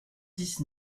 dix